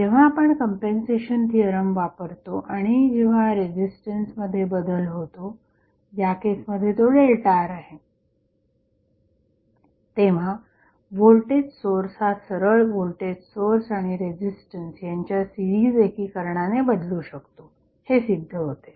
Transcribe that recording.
जेव्हा आपण compensation theorem वापरतो आणि जेव्हा रेझिस्टन्समध्ये बदल होतो या केसमध्ये तो ΔR आहे तेव्हा व्होल्टेज सोर्स हा सरळ व्होल्टेज सोर्स आणि रेझिस्टन्स यांच्या सिरीज एकीकरणाने बदलू शकतो हे सिद्ध होते